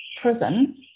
prison